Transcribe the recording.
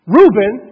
Reuben